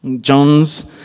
John's